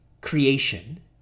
creation